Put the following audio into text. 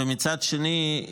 ומצד שני,